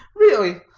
really.